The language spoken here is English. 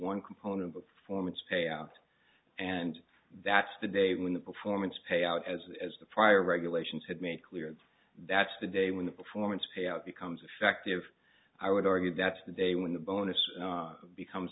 one component performance pay out and that's the day when the performance payout as well as the prior regulations have made clear that's the day when the performance payout becomes effective i would argue that's the day when the bonus becomes